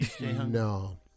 No